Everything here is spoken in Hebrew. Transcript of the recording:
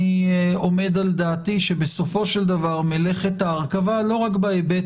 אני עומד על דעתי שמלאכת ההרכבה לא רק בהיבט